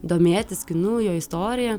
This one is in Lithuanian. domėtis kinu jo istorija